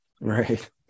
Right